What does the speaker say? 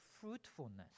fruitfulness